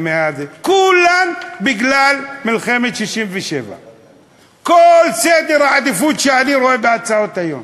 כולן בגלל מלחמת 67'. כל סדר העדיפויות שאני רואה בהצעות היום.